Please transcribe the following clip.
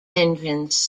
engines